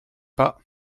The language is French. pas